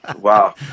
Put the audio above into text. wow